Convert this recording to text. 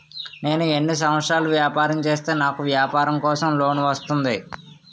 నేను ఎన్ని సంవత్సరాలు వ్యాపారం చేస్తే నాకు వ్యాపారం కోసం లోన్ వస్తుంది?